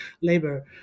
labor